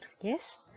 Yes